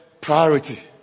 priority